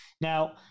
Now